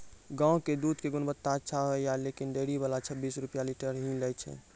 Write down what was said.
गांव के दूध के गुणवत्ता अच्छा होय या लेकिन डेयरी वाला छब्बीस रुपिया लीटर ही लेय छै?